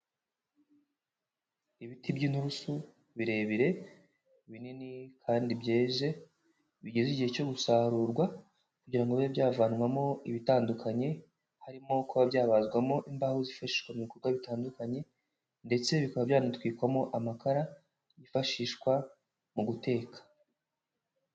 Ibiti by'inturusu birebire binini kandi byeze, bigeze igihe cyo gusarurwa, kugira ngo bibe byavanwamo ibitandukanye, harimo kuba byabazwamo imbaho zifashishwa mu bikorwa bitandukanye, ndetse bikaba byanatwikwamo amakara yifashishwa mu guteka.